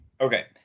Okay